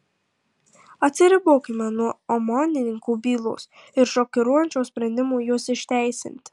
atsiribokime nuo omonininkų bylos ir šokiruojančio sprendimo juos išteisinti